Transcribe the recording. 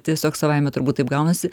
tiesiog savaime turbūt taip gaunasi